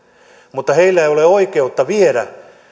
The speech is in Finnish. mutta heillä ei ole oikeutta viedä